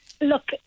look